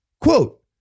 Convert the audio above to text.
Quote